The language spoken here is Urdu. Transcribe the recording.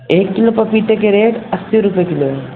ایک کلو پپیتے کے ریٹ اسی روپے کلو ہے